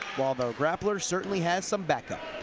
while the grappler certainly has some backup.